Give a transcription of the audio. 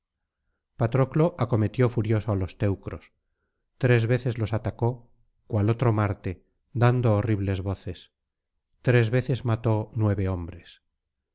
patroclo acometió furioso á los teneros tres veces los atacó cual otro marte dando horribles voces tres veces mató nueve hombres